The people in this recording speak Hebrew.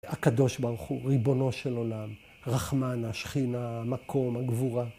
הקדוש ברוך הוא, ריבונו של עולם, רחמן, השכינה, המקום, הגבורה.